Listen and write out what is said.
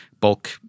bulk